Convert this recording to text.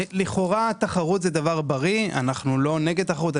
לכאורה, תחרות היא דבר בריא ואנחנו לא נגד תחרות.